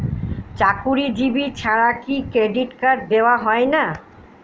চাকুরীজীবি ছাড়া কি ক্রেডিট কার্ড দেওয়া হয় না?